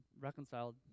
reconciled